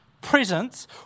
presence